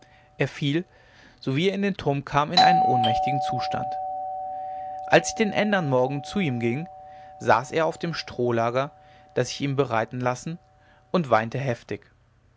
er fiel sowie er in den turm kam in einen ohnmächtigen zustand als ich den ändern morgen zu ihm ging saß er auf dem strohlager das ich ihm bereiten lassen und weinte heftig